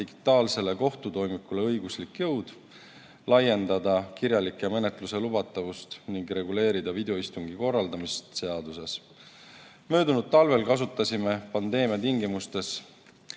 digitaalsele kohtutoimikule õiguslik jõud, laiendada kirjaliku menetluse lubatavust ning reguleerida videoistungi korraldamist seaduses. Möödunud talvel kasutasime pandeemia tingimustes